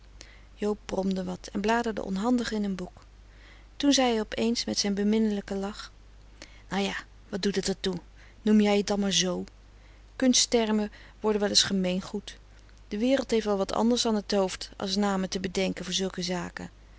joob bromde wat en bladerde onhandig in een boek toen zei hij op eens met zijn beminnelijken lach nou ja wat doet t er toe noem jij t dan maar z kunsttermen worden wel eens gemeen goed de wereld heeft wel wat anders an t hoofd as namen te bedenke voor zulke zaken